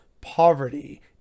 poverty